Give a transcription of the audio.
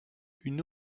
une